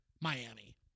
Miami